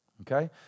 Okay